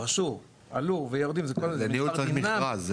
פרשו, עלו ויורדים --- זה מכרזים.